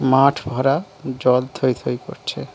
মাঠ ভরা জল থৈ থৈ করছে